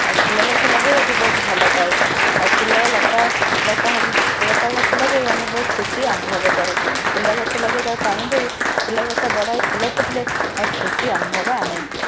ଆଉ ଫୁଲ ଗଛ ଲଗେଇବାକୁ ବହୁତ ଭଲପାଉ ଆଉ ଫୁଲ ଲତା ଲତା ଲତା ଗଛ ଲଗେଇ ଆମେ ବହୁତ ଖୁସି ଅନୁଭବ କରୁ ଫୁଲ ଗଛ ଲଗେଇ ତାକୁ ପାଣି ଦେଇ ଫୁଲ ଗଛ ବଡ଼ ହେଇ ଫୁଲ ଫୁଟିଲେ ବହୁତ ଖୁସି ଅନୁଭବ ଆଣେ